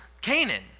Canaan